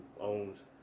owns